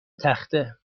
تخته